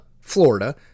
Florida